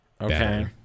Okay